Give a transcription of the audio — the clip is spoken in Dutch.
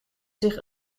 zich